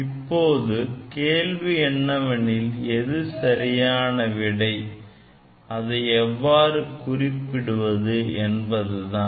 இப்போது கேள்வி என்னவெனில் எது சரியான விடை அதை எவ்வாறு குறிப்பிடுவது என்பதுதான்